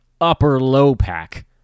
upper-low-pack